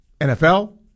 NFL